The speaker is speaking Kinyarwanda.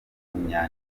w’umunya